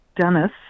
Dennis